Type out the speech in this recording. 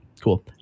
cool